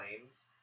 claims